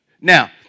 Now